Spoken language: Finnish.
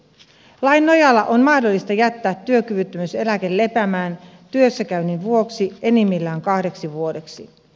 lain nojalla on mahdollista jättää työkyvyttömyyseläke lepäämään työssäkäynnin vuoksi enimmillään kahdeksi vuodeksi